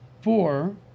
four